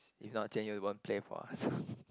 if not Jian-You won't play for us